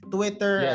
Twitter